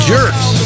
Jerks